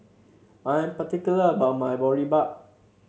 I am particular about my Boribap